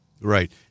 Right